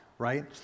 Right